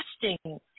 testing